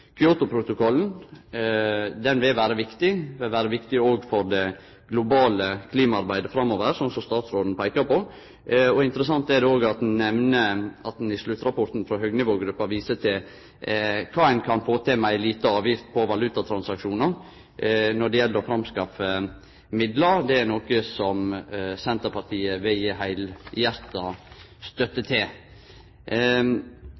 Kyotoprotokollen vil vere viktig, òg for det globale klimaarbeidet framover, slik statsråden peika på. Interessant er det òg at ein nemner at ein i sluttrapporten frå høgnivågruppa viste til kva ein kan få til med ei lita avgift på valutatransaksjonar når det gjeld å framskaffe midlar. Det er noko som Senterpartiet vil gje heilhjarta støtte